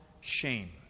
shame